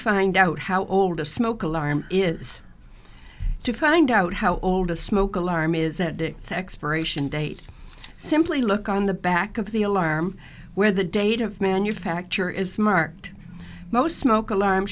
find out how old a smoke alarm is to find out how old a smoke alarm is that it's expiration date simply look on the back of the alarm where the date of manufacture is marked most smoke alarm